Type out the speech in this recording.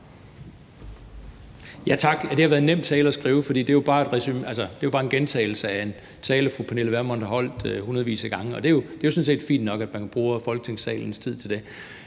Tak. Det har været en nem tale at skrive, for det er jo bare en gentagelse af en tale, som fru Pernille Vermund har holdt hundredvis af gange. Det er jo sådan set fint nok, at man bruger tiden i Folketingssalen til det.